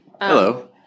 Hello